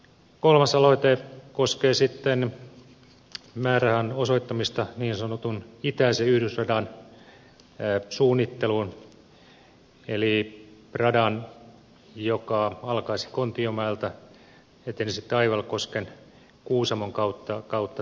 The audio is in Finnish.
kolmas aloite koskee sitten määrärahan osoittamista niin sanotun itäisen yhdysradan suunnitteluun eli radan joka alkaisi kontiomäeltä etenisi taivalkosken ja kuusamon kautta sallaan